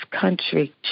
country